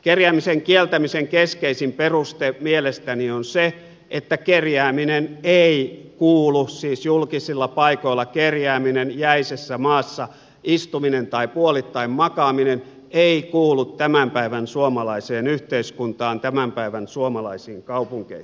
kerjäämisen kieltämisen keskeisin peruste mielestäni on se että kerjääminen siis julkisilla paikoilla kerjääminen jäisessä maassa istuminen tai puolittain makaaminen ei kuulu tämän päivän suomalaiseen yhteiskuntaan tämän päivän suomalaisiin kaupunkeihin